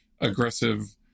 aggressive